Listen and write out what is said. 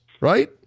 right